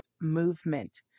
movement